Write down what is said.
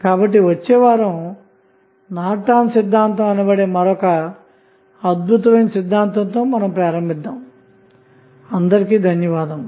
కాబట్టి వచ్చే వారం నార్టన్ సిద్ధాంతం అనబడు మరొక అద్భుతమైన సిద్ధాంతంతో మన చర్చను ప్రారంభిద్దాము ధన్యవాదములు